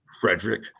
Frederick